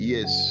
Yes